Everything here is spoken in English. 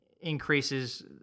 increases